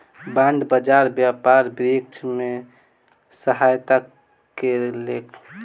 bond बाजार व्यापार वृद्धि में सहायता केलक